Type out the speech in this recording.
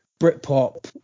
Britpop